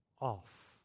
off